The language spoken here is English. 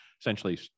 essentially